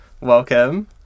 Welcome